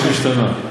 בריבית משתנה.